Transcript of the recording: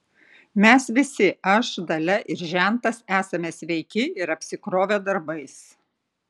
mes visi aš dalia ir žentas esame sveiki ir apsikrovę darbais